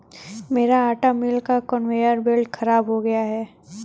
मेरे आटा मिल का कन्वेयर बेल्ट खराब हो गया है